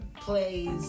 plays